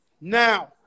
Now